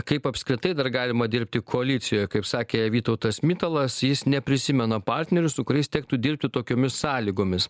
kaip apskritai dar galima dirbti koalicijoj kaip sakė vytautas mitalas jis neprisimena partnerių su kuriais tektų dirbti tokiomis sąlygomis